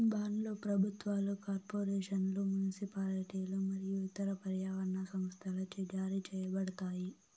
బాండ్లు ప్రభుత్వాలు, కార్పొరేషన్లు, మునిసిపాలిటీలు మరియు ఇతర పర్యావరణ సంస్థలచే జారీ చేయబడతాయి